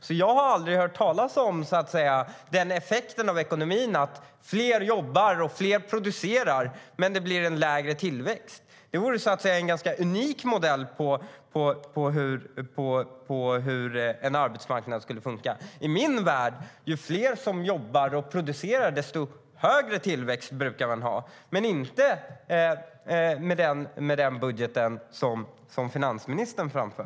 I min värld är det så att ju fler som jobbar och producerar, desto högre tillväxt brukar man ha. Men så är det inte med den budget som finansministern har lagt fram.